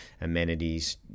amenities